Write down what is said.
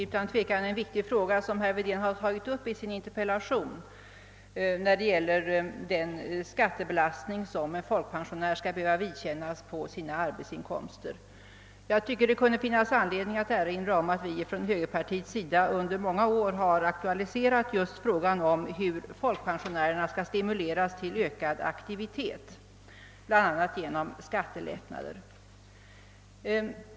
Herr talman! Det är utan tvivel en viktig fråga som herr Wedén tagit upp behöva vidkännas på sin arbetsinkomst. Jag tycker det kan finnas anledning erinra om att vi från högerpartiet under många år aktualiserat frågan om hur folkpensionärerna skall stimuleras till ökad aktivitet, bl.a. genom skattelättnader.